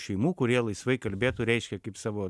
šeimų kurie laisvai kalbėtų reiškia kaip savo